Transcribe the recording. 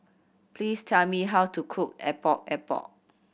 please tell me how to cook Epok Epok